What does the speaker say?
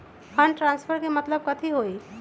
Fund transfer के मतलब कथी होई?